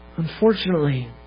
Unfortunately